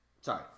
Sorry